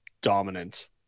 dominant